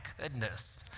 goodness